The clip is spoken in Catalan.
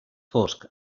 fosc